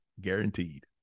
guaranteed